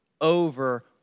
over